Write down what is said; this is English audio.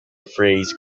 phrase